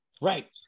Right